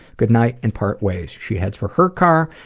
goodnight, and part ways. she heads for her car,